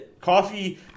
coffee